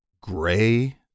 gray